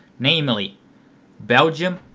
namely belgium,